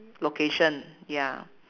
location ya